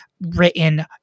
written